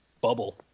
bubble